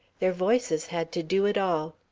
their voices had to do it all.